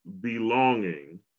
belonging